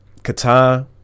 Qatar